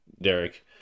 Derek